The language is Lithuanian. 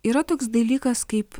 yra toks dalykas kaip